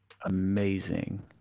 amazing